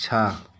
छह